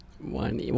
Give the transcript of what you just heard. one